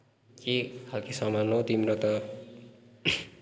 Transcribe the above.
के खालको सामान हौ तिम्रो त